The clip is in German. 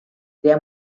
der